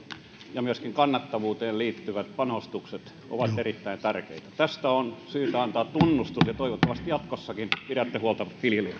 ja myöskin kannattavuuteen liittyvät panostukset ovat erittäin tärkeitä tästä on syytä antaa tunnustus ja toivottavasti jatkossakin pidätte huolta viljelijöistä